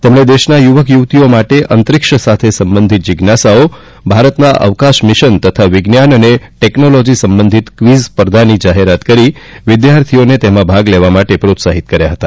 તેમણે દેશના યુવક યુવતિઓ માટે અંતરીક્ષ સાથે સંબંધિત જીજ્ઞાસાઓ ભારતના અવકાશ મિશન તથા વિજ્ઞાન અને ટેકનોલોજી સંબંધિત કવીઝ સ્પર્ધાની જાહેરાત કરી વિદ્યાર્થીઓને તેમાં ભાગ લેવા પ્રોત્સાહિત કર્યા હતા